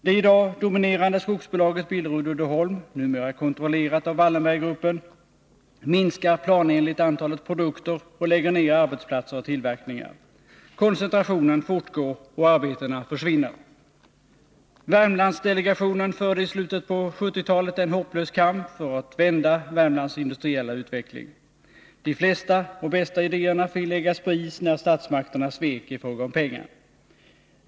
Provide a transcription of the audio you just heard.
Det i dag dominerande skogsbolaget Billerud Uddeholm, numera kontrollerat av Wallenberggruppen, minskar planenligt antalet produkter och lägger ner arbetsplatser och tillverkningar. Koncentrationen fortgår, och arbetena försvinner. Värmlandsdelegationen förde i slutet på 1970-talet en hopplös kamp för att vända Värmlands industriella utveckling. De flesta och bästa idéerna fick läggas på is när statsmakterna svek i fråga om pengar.